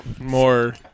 more